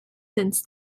since